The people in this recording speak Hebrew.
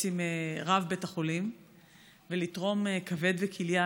עם רב בית החולים ולתרום כבד וכליה,